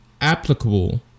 applicable